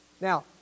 Now